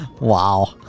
Wow